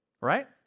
Right